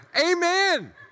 Amen